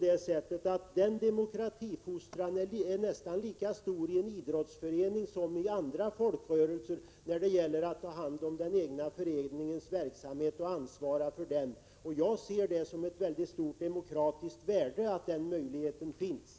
Denna demokratifostran är nästan lika stor i en idrottsförening som i andra folkrörelser när det gäller att ta hand om den egna föreningens verksamhet och ansvara för den. Jag ser ett stort demokratiskt värde i att den möjligheten finns.